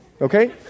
okay